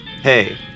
Hey